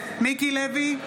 מיקי לוי,